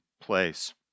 place